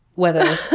whether